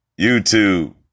YouTube